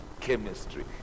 chemistry